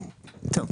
טוב,